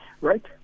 right